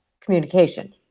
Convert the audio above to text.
communication